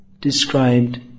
described